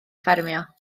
ffermio